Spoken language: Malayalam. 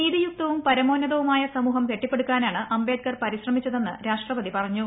നീതിയുക്തവും പരമോന്നതവുമായ സമൂഹം കെട്ടിപ്പെടുക്കാനാണ് അംബേദ്ക്കർ പരിശ്രമിച്ചതെന്ന് രാഷ്ട്രപതി പറഞ്ഞു